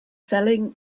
selling